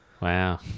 Wow